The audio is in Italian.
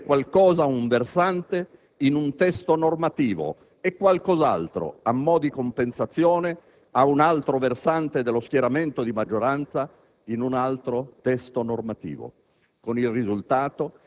talché si concede qualcosa ad un versante in un testo normativo e qualcos'altro, a mo' di compensazione, ad un altro versante dello schieramento di maggioranza in un altro testo normativo,